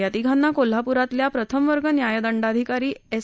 या तिघांना कोल्हापूर येथील प्रथम वर्ग न्याय दंडाधिकारी एस